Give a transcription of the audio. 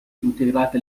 integrati